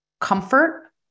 comfort